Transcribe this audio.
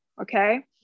okay